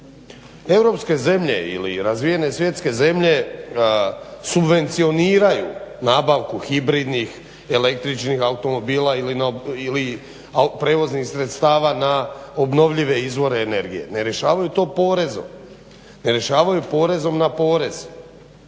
Europske zemlje ili razvijene svjetske zemlje subvencioniraju nabavku hibridnih električnih automobila ili prevoznih sredstava na obnovljive izvore energije. Ne rješavaju to porezom, ne rješavaju porezom na porez.